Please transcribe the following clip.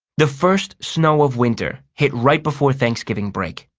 the first snow of winter hit right before thanksgiving break.